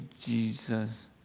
Jesus